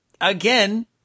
again